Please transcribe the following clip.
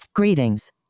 Greetings